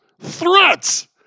Threats